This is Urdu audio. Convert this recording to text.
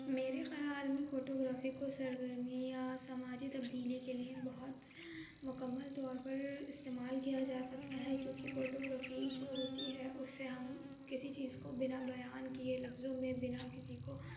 میرے خیال میں فوٹوگرافی کو سرگرمی یا سماجی تبدیلی کے لیے بہت مکمل طور پر استعمال کیا جا سکتا ہے کیونکہ فوٹوگرافی جو ہوتی ہے اس سے ہم کسی چیز کو بنا بیان کیے لفظوں میں بنا کسی کو